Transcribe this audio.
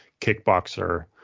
kickboxer